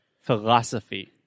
Philosophy